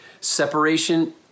Separation